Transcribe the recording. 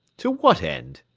to what end?